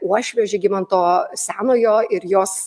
uošvio žygimanto senojo ir jos